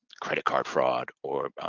credit card fraud or